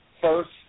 first